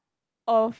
of